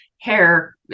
hair